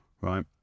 Right